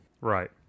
Right